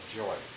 joy